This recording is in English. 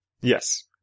Yes